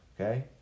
okay